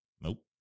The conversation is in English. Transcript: Nope